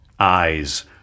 Eyes